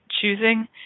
choosing